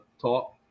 talk